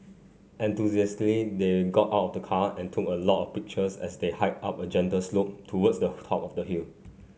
enthusiastically they got out of the car and took a lot of pictures as they hiked up a gentle slope towards the top of the hill